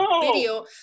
video